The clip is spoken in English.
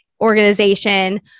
organization